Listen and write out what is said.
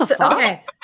okay